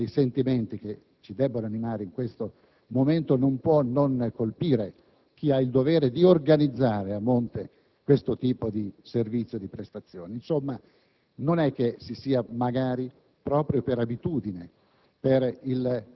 ripeto - dei sentimenti che ci debbono animare in questo momento, non può non colpire chi ha il dovere di organizzare a monte questo tipo di Servizi e di prestazioni. Non è che, magari proprio per abitudine,